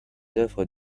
œuvres